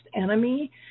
enemy